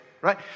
right